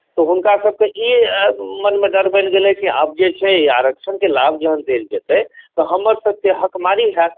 तऽ हुनकासभके ई मनमे डर बनि गेलै कि आब जे छै आरक्षणके लाभ जहन देल जेतै तऽ हमर सभके हकमारी हैत